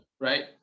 Right